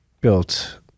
built